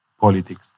politics